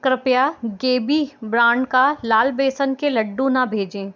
कृपया गेबी ब्रांड का लाल बेसन के लड्डू ना भेजें